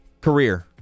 Career